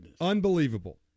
Unbelievable